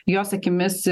jos akimis